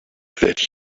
that